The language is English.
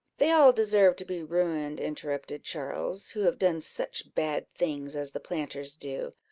they all deserve to be ruined, interrupted charles, who have done such bad things as the planters do.